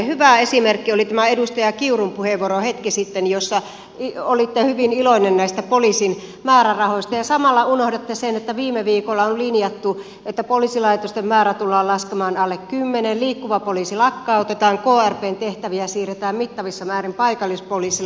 hyvä esimerkki oli tämä edustaja kiurun puheenvuoro hetki sitten jossa olitte hyvin iloinen näistä poliisin määrärahoista ja samalla unohditte sen että viime viikolla on linjattu että poliisilaitosten määrä tullaan laskemaan alle kymmeneen liikkuva poliisi lakkautetaan krpn tehtäviä siirretään mittavissa määrin paikallispoliisille